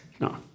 No